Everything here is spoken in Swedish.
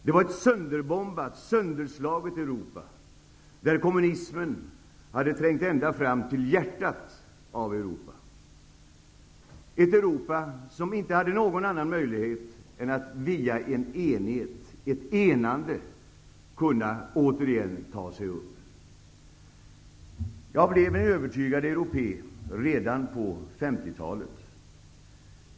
Det var ett sönderbombat och sönderslaget Europa där kommunismen hade trängt ända fram till hjärtat av Europa. Det var ett Europa som inte hade någon annan möjlighet än att via ett enande återigen ta sig upp. Jag blev en övertygad europé redan på 50-talet.